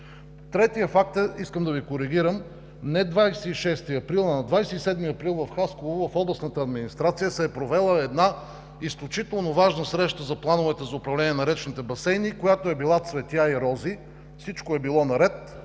Третият факт, искам да Ви коригирам, е не от 26-и, а на 27 април, когато в Хасково, в областната администрация се е провела изключително важна среща за плановете за управление на речните басейни, която е била цветя и рози, всичко е било наред!